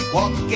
Walk